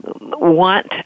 want